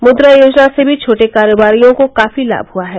मुद्रा योजना से भी छोटे कारोबारियों को काफी लाभ हुआ है